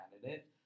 candidate